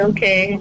Okay